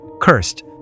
cursed